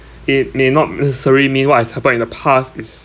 it may not necessarily mean what has happened in the past is